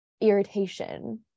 irritation